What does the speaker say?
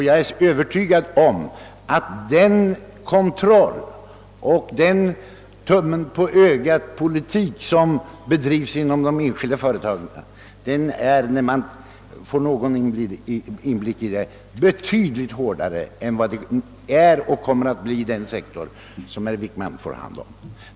Jag är övertygad om att den kontroll och den tummenpå-ögat-politik som bedrivs inom de enskilda företagen är — det finner man när man får någon inblick i detta — betydligt hårdare än vad den är och kommer att bli i den sektor som herr Wickman får hand om.